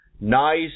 nice